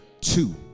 two